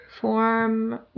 form